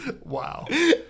Wow